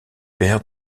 père